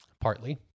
partly